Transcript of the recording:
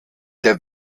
der